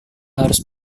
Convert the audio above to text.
harus